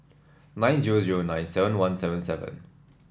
nine zero zero nine seven one seven seven